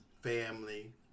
family